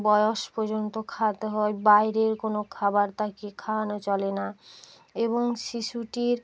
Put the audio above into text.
বয়স পর্যন্ত খাওয়াতে হয় বাইরের কোনো খাবার তাকে খাওয়ানো চলে না এবং শিশুটির